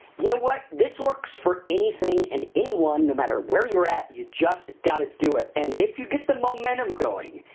you know what, this works for anything and anyone no matter where you're at, you just gotta do it and if you get the momentum going,